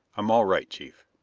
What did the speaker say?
i'm all right, chief.